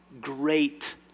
great